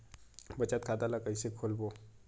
बचत खता ल कइसे खोलबों?